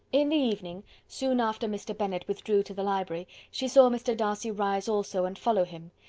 in the evening, soon after mr. bennet withdrew to the library, she saw mr. darcy rise also and follow him,